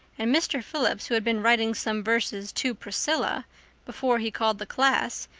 and mr. phillips, who had been writing some verses to priscilla before he called the class,